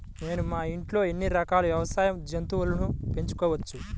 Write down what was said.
నేను మా ఇంట్లో ఎన్ని రకాల వ్యవసాయ జంతువులను పెంచుకోవచ్చు?